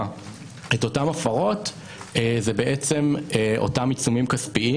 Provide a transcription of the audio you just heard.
את אותן הפרות זה אותם עיצומים כספיים.